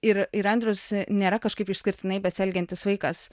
ir ir andrius nėra kažkaip išskirtinai besielgiantis vaikas